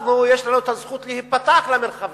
אנחנו, יש לנו הזכות להיפתח למרחבים.